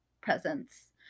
presents